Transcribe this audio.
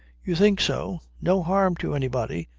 you think so? no harm to anybody?